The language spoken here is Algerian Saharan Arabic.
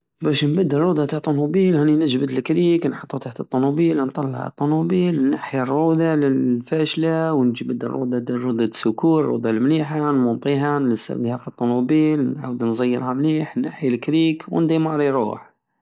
بش نبدل الرودة تع الطونوبيل راني نجبد الكريك نحطو تحت الطونوبيل نطلع الطونوبيل نحي الرودة الفاشلة ونجبد الرودة- الرودة سوكور الرودة المليحة نمونطيها نلسقها فالطونوبيل نعاود نزيرها مليح نحي لكريك ونديماري نروح